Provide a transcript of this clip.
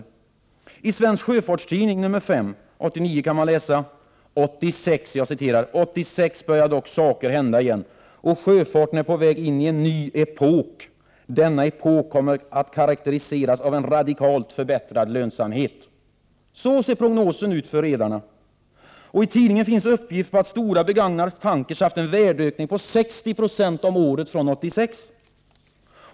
I nr 5 av Svensk Sjöfarts Tidning 1989 kan man läsa följande: "1986 började dock saker hända igen och sjöfarten är på väg in i en ny epok --=—- Denna epok kommer att karakteriseras av en radikalt förbättrad lönsamhet ——-.” Så ser prognosen ut för redarna. I tidningen finns en uppgift om att stora begagnade tankrar haft en värdeökning på 60 96 om året från 1986.